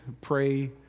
pray